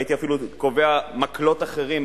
והייתי אפילו קובע מקלות אחרים,